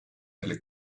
elle